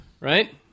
right